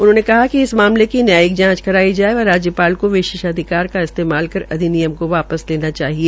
उन्होंने कहा कि इस मामले की न्यायिक जांच कराई जाये व राज्यपाल को विशेषाधिकार का इस्तेमाल कल अधिनियम को वापिस लेना चाहिए